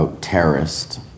Terrorist